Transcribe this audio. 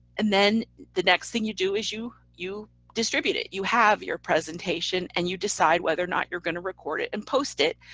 and then the next thing you do is you, you. distribute it, you have your presentation and you decide whether or not you're going to record it and post it.